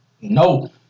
no